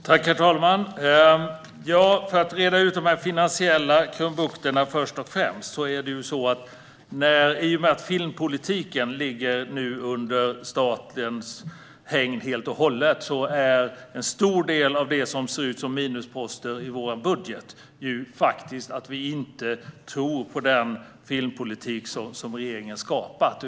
Herr talman! Jag ska först och främst reda ut de finansiella krumbukterna. I och med att filmpolitiken nu ligger helt och hållet inom statens hägn beror en stor del av det som ser ut som minusposter i vår budget på att vi inte tror på den filmpolitik regeringen skapat.